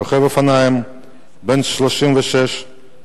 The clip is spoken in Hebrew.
רוכב אופנוע בן 36 נהרג,